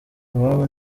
iwabo